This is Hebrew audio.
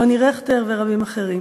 יוני רכטר ורבים אחרים.